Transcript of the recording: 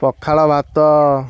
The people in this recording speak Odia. ପଖାଳ ଭାତ